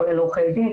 כולל עורכי דין,